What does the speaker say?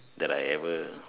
that I ever